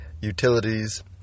utilities